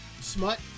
Smut